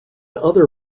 other